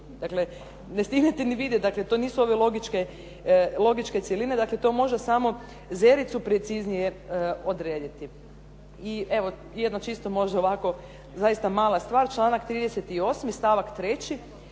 Dakle, ne stignete ni vidjeti. Dakle, to nisu ove logičke cjeline. Dakle, to može samo zericu preciznije odrediti. I evo jedno čisto možda ovako zaista mala stvar. Članak 38. stavak